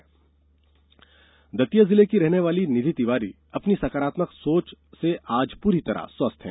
जन आंदोलन दतिया जिले में रहने वाली निधि तिवारी अपनी सकारात्मक सोच से आज पूरी तरह से स्वस्थ हैं